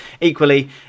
equally